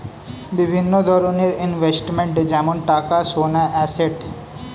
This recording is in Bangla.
বিভিন্ন ধরনের ইনভেস্টমেন্ট যেমন টাকা, সোনা, অ্যাসেট